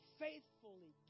faithfully